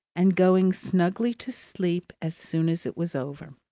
and going snugly to sleep as soon as it was over.